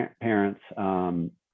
parents